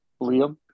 Liam